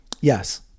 yes